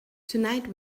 tonight